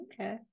Okay